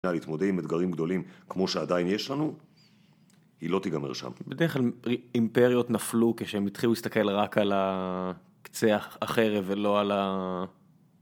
אתה יודע, להתמודד עם אתגרים גדולים כמו שעדיין יש לנו, היא לא תיגמר שם. בדרך כלל אימפריות נפלו כשהן התחילו להסתכל רק על ה.. קצה החרב ולא על ה..